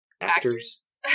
actors